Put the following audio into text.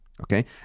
okay